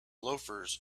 loafers